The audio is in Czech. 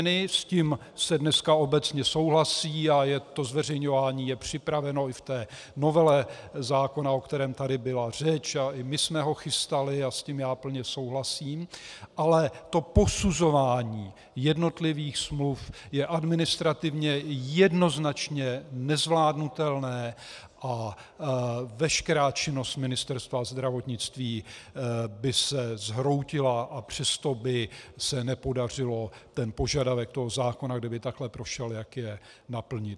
S tím se dneska obecně souhlasí a to zveřejňování je připraveno i v novele zákona, o kterém tady byla řeč, a i my jsme ho chystali a s tím já plně souhlasím, ale to posuzování jednotlivých smluv je administrativně jednoznačně nezvládnutelné a veškerá činnost Ministerstva zdravotnictví by se zhroutila, a přesto by se nepodařilo ten požadavek zákona, kdyby takhle prošel, jak je, naplnit.